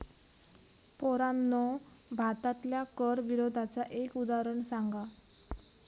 पोरांनो भारतातल्या कर विरोधाचा एक उदाहरण सांगा